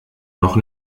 noch